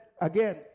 again